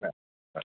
ಹಾಂ ಆಯ್ತು